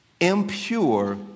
impure